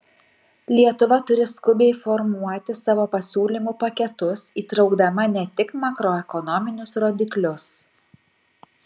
lietuva turi skubiai formuoti savo pasiūlymų paketus įtraukdama ne tik makroekonominius rodiklius